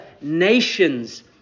nations